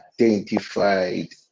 identified